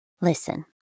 Listen